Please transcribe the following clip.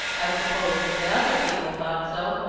i suppose the other people thought so.